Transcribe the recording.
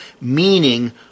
meaning